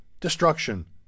destruction